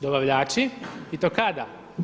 Dobavljači, i to kada?